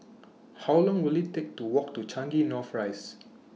How Long Will IT Take to Walk to Changi North Rise